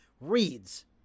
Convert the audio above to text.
reads